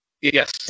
Yes